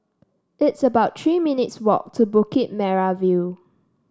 it's about Three minutes' walk to Bukit Merah View